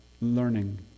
learning